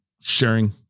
sharing